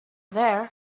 there